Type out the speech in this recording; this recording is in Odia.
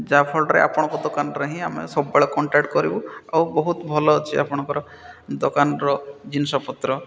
ଯାହାଫଳରେ ଆପଣଙ୍କ ଦୋକାନରେ ହିଁ ଆମେ ସବୁବେଳେ କଣ୍ଟାକ୍ଟ କରିବୁ ଆଉ ବହୁତ ଭଲ ଅଛି ଆପଣଙ୍କର ଦୋକାନର ଜିନିଷପତ୍ର